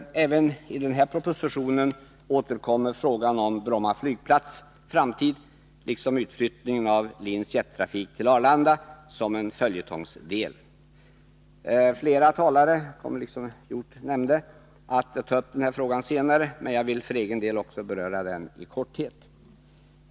Även i denna proposition återkommer frågan om Bromma flygplats framtid liksom utflyttningen av LIN:s jettrafik till Arlanda som en följetongsdel. Flera talare kommer att, som Nils Hjorth nämnde, ta upp denna fråga senare, men jag vill för egen del också beröra den i korthet.